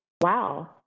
wow